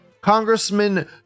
Congressman